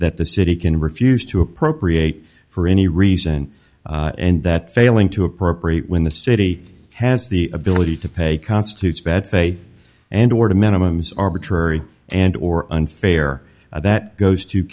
that the city can refuse to appropriate for any reason and that failing to appropriate when the city has the ability to pay constitutes bad faith and order minimum is arbitrary and or unfair that goes to